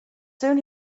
soon